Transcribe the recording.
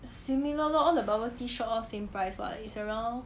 similar lor all the bubble tea shop all same price what is around